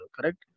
correct